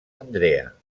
andrea